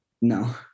No